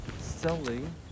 selling